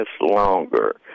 longer